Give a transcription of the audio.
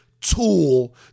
tool